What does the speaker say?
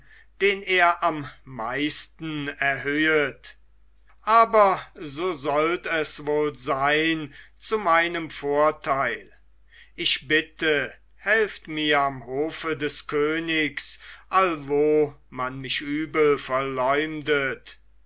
den er am meisten erhöhet aber so sollt es wohl sein zu meinem vorteil ich bitte helft mir am hofe des königs allwo man mich übel verleumdet